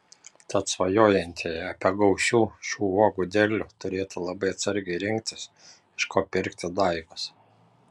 tad svajojantieji apie gausių šių uogų derlių turėtų labai atsargiai rinktis iš ko pirkti daigus